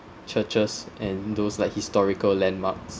churches and those like historical landmarks